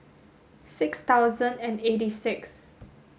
six thousand and eighty six